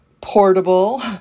portable